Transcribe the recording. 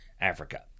Africa